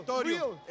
real